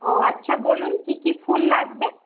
ও আচ্ছা বলুন কি কি ফুল লাগবে